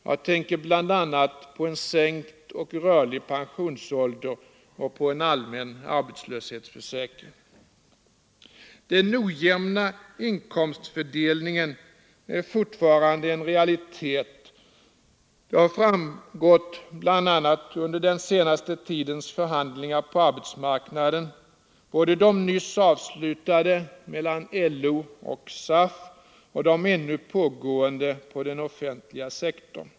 Jag tänker bl.a. på en sänkt och rörlig pensionsålder och på en allmän arbetslöshetsförsäkring. Den ojämna inkomstfördelningen är fortfarande en realitet. Det har framgått bl.a. under den senaste tidens förhandlingar på arbetsmarknaden, både av de nyss avslutade förhandlingarna mellan LO och SAF och av de ännu pågående på den offentliga sektorn.